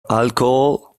alcohol